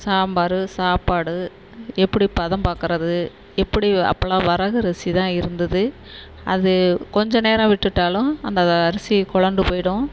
சாம்பார் சாப்பாடு எப்படி பதம் பார்க்குறது எப்படி அப்போல்லாம் வரகுரிசி தான் இருந்துது அது கொஞ்ச நேரம் விட்டுட்டாலும் அந்த அரிசி கொலண்டு போய்டும்